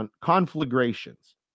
conflagrations